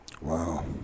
wow